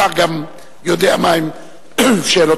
השר גם יודע מהן שאלותיך.